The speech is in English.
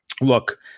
look